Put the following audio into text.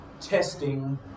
Testing